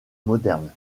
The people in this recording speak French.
moderne